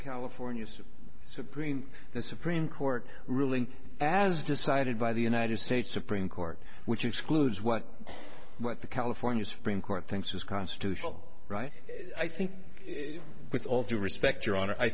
california supreme the supreme court ruling as decided by the united states supreme court which excludes what what the california supreme court thinks is constitutional right i think with all due respect your hon